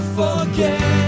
forget